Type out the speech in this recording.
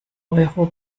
euro